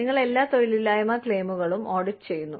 നിങ്ങൾ എല്ലാ തൊഴിലില്ലായ്മ ക്ലെയിമുകളും ഓഡിറ്റ് ചെയ്യുന്നു